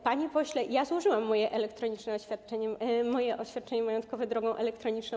Panie pośle, złożyłam moje elektroniczne oświadczenie, moje oświadczenie majątkowe drogą elektroniczną.